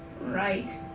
Right